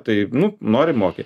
tai nu nori moki